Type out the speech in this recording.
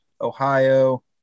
Ohio